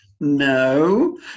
No